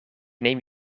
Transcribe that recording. neem